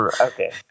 Okay